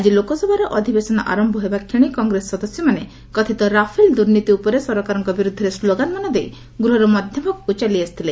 ଆଜି ଲୋକସଭାର ଅଧିବେଶନ ଆରମ୍ଭ ହେବାକ୍ଷଣି କଂଗ୍ରେସ ସଦସ୍ୟମାନେ କଥିତ ରାଫେଲ ଦୁର୍ନୀତି ଉପରେ ସରକାରଙ୍କ ବିରୁଦ୍ଧରେ ସ୍ଲୋଗାନ୍ମାନ ଦେଇ ଗୃହର ମଧ୍ୟଭାଗକୁ ଚାଲି ଆସିଥିଲେ